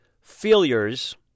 failures